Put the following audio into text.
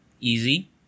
easy